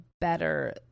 better